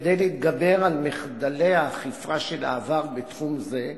כדי להתגבר על מחדלי האכיפה של העבר בתחום זה,